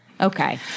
Okay